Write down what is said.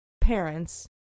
parents